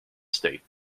senate